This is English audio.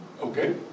Okay